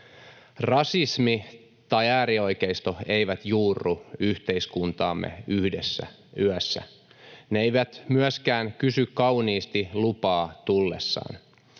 Rasismi tai äärioikeisto ei juurru yhteiskuntaamme yhdessä yössä. Ne eivät myöskään kysy kauniisti lupaa tullessaan.